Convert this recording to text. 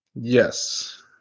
Yes